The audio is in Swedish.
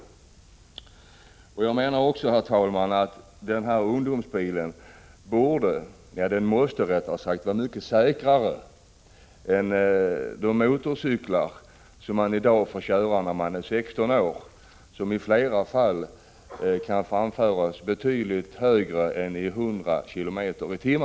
Herr talman! Jag menar också att ”ungdomsbilen” måste vara mycket säkrare än de motorcyklar som man får köra när man fyllt 16 år och som i flera fall kan framföras med betydligt högre hastigheter än 100 km/tim.